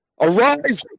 Arise